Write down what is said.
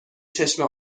چشم